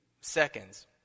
seconds